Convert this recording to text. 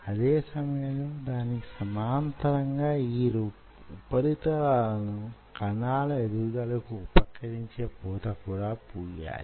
అదే సమయంలో దానికి సమాంతరంగా యీ ఉపరితలాలను కణాల ఎదుగుదలకు ఉపకరించే పూత కూడా పూయాలి